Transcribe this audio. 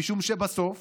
משום שבסוף